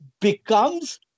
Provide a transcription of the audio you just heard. becomes